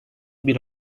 bir